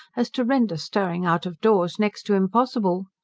as to render stirring out of doors next to impossible.